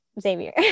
Xavier